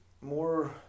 more